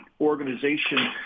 organization